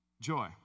joy